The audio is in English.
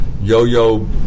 yo-yo